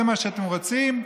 זה מה שאתם רוצים?